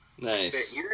Nice